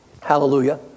Hallelujah